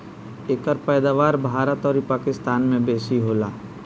एकर पैदावार भारत अउरी पाकिस्तान में बेसी होला